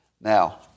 Now